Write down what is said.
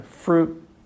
fruit